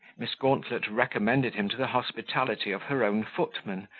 miss gauntlet recommended him to the hospitality of her own footman,